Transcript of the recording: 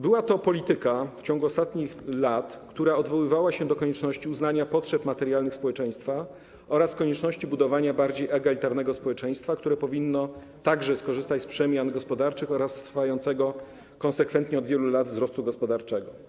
Była to prowadzona w ciągu ostatnich lat polityka, która odwoływała się do konieczności uznania potrzeb materialnych społeczeństwa oraz konieczności budowania społeczeństwa bardziej egalitarnego, które powinno także skorzystać z przemian gospodarczych oraz trwającego konsekwentnie od wielu lat wzrostu gospodarczego.